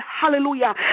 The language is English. hallelujah